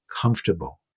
comfortable